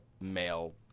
male